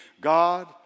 God